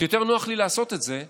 יותר נוח לי לעשות את זה בזום.